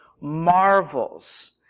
marvels